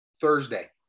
Thursday